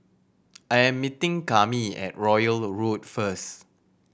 I am meeting Kami at Royal Road first